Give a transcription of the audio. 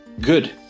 Good